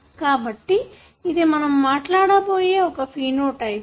కాబట్టి ఇది మనము మాట్లాడబోయే ఒక ఫీనో టైపు